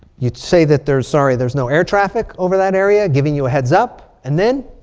you would say that there's sorry. there's no air traffic over that area, giving you a heads up. and then